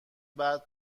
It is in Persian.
بعد